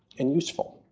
and useful.